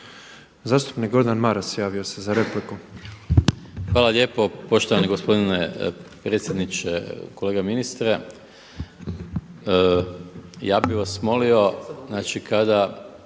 Zastupnik Gordan Maras javio se za repliku. **Maras, Gordan (SDP)** Hvala lijepo. Poštovani gospodine predsjedniče, kolega ministre. Ja bih vas molio znači kada